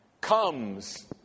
comes